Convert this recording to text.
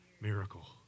miracle